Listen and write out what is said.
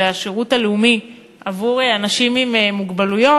השירות הלאומי עבור אנשים עם מוגבלות,